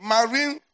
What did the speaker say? Marine